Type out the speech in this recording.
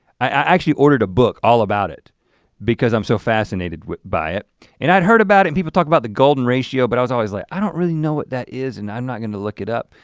i actually ordered a book all about it because i'm so fascinated by it and i'd heard about it, and people talk about the golden ratio but i was always like i don't really know what that is and i'm not gonna look it up.